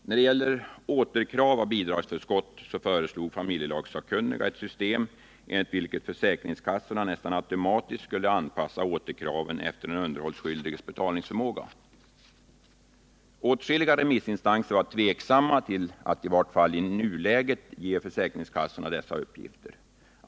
När det gäller återkrav av bidragsförskott föreslog familjelagssakkunniga ett system enligt vilket försäkringskassorna nästan automatiskt skulle anpassa återkraven efter den underhållsskyldiges betalningsförmåga. Åtskilliga remissinstanser var tveksamma till att i vart fall i nuläget ge försäkringskassorna dessa uppgifter.